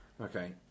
okay